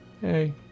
hey